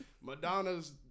Madonna's